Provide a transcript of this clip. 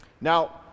Now